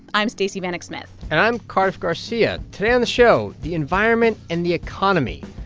i'm stacey vanek smith and i'm cardiff garcia. today on the show, the environment and the economy.